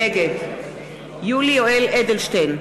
נגד יולי יואל אדלשטיין,